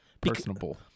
personable